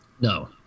No